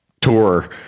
tour